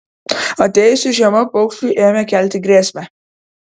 atėjusi žiema paukščiui ėmė kelti grėsmę